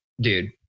dude